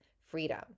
freedom